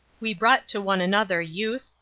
we brought to one another youth,